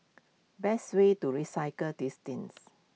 best way to recycle these tins